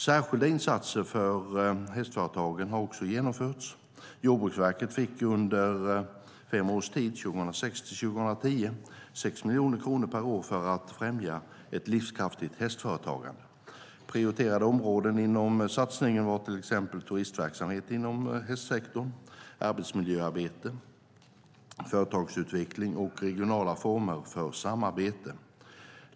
Särskilda insatser för hästföretagen har också genomförts. Jordbruksverket fick under fem års tid, 2006-2010, 6 miljoner kronor per år för att främja ett livskraftigt hästföretagande. Prioriterade områden inom satsningen var till exempel turistverksamhet inom hästsektorn, arbetsmiljöarbete, företagsutveckling och regionala former för samarbete.